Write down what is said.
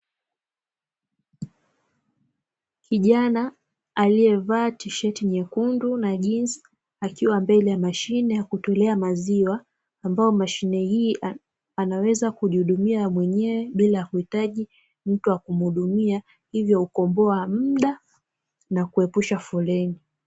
Kijana aliyevaa tisheti nyekundu na jinzi, akiwa mbele ya mashine ya kutolea maziwa ambayo mashine hii anaweza kujihudumia mwenyewe bila kuhitaji mtu wa kumuhudumia hivyo hukomboa mda na kuepusha foleni.